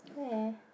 where